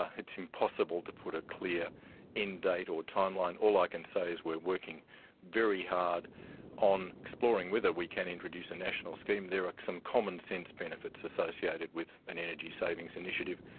ah it's impossible to put a clear end date or timeline. all i can say is we're working very hard on exploring whether we can introduce a national scheme. there are some common sense benefits associated with an energy savings initiative,